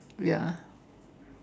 ya